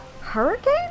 hurricane